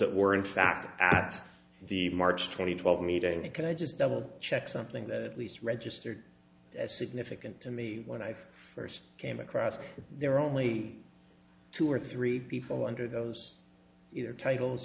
that were in fact at the march twenty twelve meeting and i just double check something that least registered as significant to me when i first came across there were only two or three people under those tit